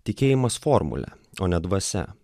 tikėjimas formule o ne dvasia